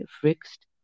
fixed